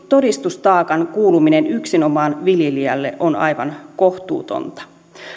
todistustaakan kuuluminen yksinomaan viljelijälle on aivan kohtuutonta